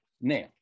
Now